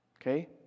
okay